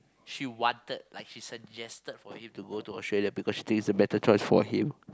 she wanted like she suggested for him to go to Australia because she thinks it's a better choice for him